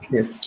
Yes